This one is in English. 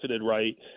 Right